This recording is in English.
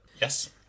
Yes